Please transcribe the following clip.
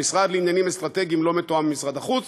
המשרד לנושאים אסטרטגיים לא מתואם עם משרד החוץ,